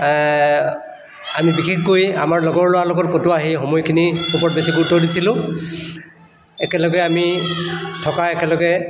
আমি বিশেষকৈ আমাৰ লগৰ ল'ৰাৰ লগত কটোৱা সেই সময়খিনিৰ ওপৰত বেছিকৈ গুৰুত্ব দিছিলোঁ একেলগে আমি থকা একেলগে